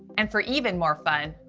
and for even more fun,